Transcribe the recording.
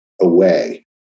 away